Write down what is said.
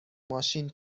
ماشین